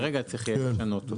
כרגע צריך לשנות אותו.